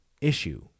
issue